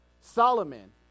Solomon